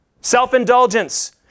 self-indulgence